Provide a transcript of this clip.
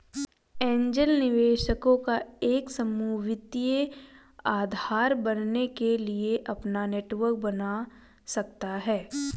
angel निवेशकों का एक समूह वित्तीय आधार बनने के लिए अपना नेटवर्क बना सकता हैं